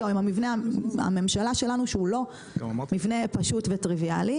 או עם מבנה הממשלה שלנו שהוא לא מבנה פשוט וטריוויאלי,